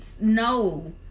No